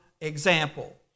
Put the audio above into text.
example